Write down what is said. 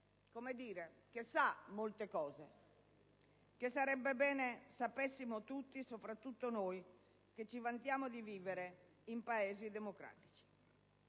certamente sa molte cose che sarebbe bene sapessimo tutti, soprattutto noi, che ci vantiamo di vivere in Paesi democratici.